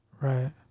Right